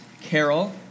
carol